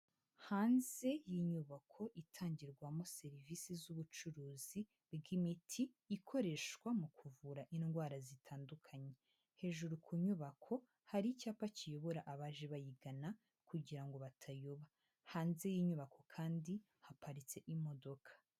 Hanze y'inyubako itangirwamo serivisi z'ubucuruzi bw'imiti, ikoreshwa mu kuvura indwara zitandukanye. Hejuru ku nyubako hari icyapa kiyobora abaje bayigana, kugira ngo batayoba. Hanze y'inyubako kandi haparitse imodoka.